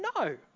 No